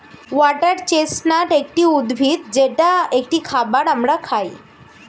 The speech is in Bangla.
ওয়াটার চেস্টনাট একটি উদ্ভিদ যেটা একটি খাবার আমরা খাই